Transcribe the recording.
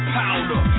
powder